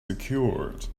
secured